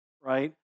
right